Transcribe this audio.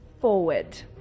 forward